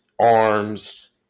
arms